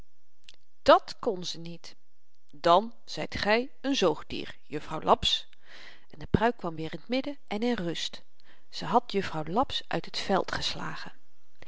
dàt kon ze niet dan zyt gy een zoogdier juffrouw laps en de pruik kwam weer in t midden en in rust ze had juffrouw laps uit het veld geslagen